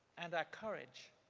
and our courage.